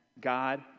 god